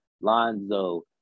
Lonzo